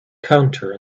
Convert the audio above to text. counter